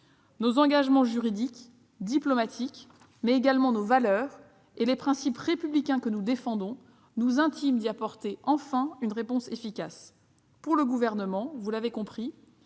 Nos engagements juridiques et diplomatiques, mais également nos valeurs et les principes républicains que nous défendons nous intiment d'y apporter enfin une réponse efficace. Vous l'aurez compris,